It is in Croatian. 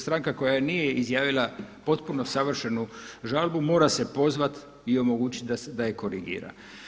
Stranka koja nije izjavila potpuno savršenu žalbu mora se pozvati i omogućiti da ju korigira.